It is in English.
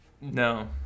no